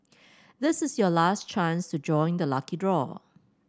this is your last chance to join the lucky draw